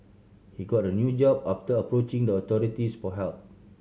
he got a new job after approaching the authorities for help